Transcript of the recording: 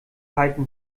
halten